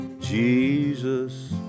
Jesus